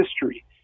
history